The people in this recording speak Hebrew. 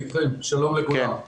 שלום לכולם.